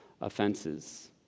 offenses